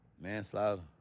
Manslaughter